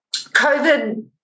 COVID